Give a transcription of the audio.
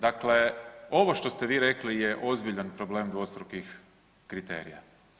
Dakle, ovo što ste vi rekli je ozbiljan problem dvostrukih kriterija.